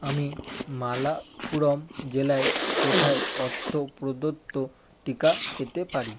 আমি মালাপুরম জেলায় কোথায় অর্থ প্রদত্ত টিকা পেতে পারি